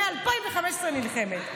נלחמת מ-2015.